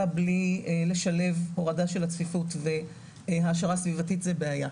בלי לשלב הורדה של הצפיפות והעשרה סביבתית זה בעיה.